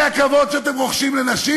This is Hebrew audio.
זה הכבוד שאתם רוחשים לנשים?